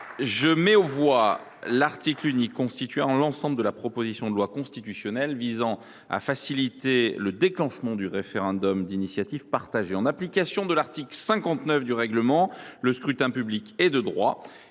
Je mets aux voix l’article unique constituant l’ensemble de la proposition de loi constitutionnelle visant à faciliter le déclenchement du référendum d’initiative partagée. En application de l’article 59 du règlement, le scrutin public ordinaire